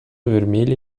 vermelha